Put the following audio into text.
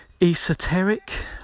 esoteric